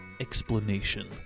explanation